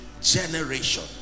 generation